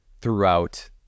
throughout